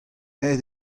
aet